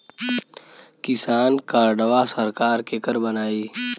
किसान कार्डवा सरकार केकर बनाई?